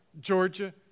Georgia